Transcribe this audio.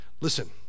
Listen